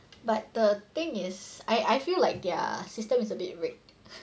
but the thing is I I feel like their system is a bit vague